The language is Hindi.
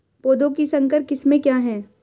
पौधों की संकर किस्में क्या हैं?